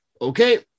okay